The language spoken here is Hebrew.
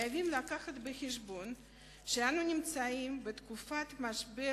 חייבים לקחת בחשבון שאנו נמצאים בתקופת המשבר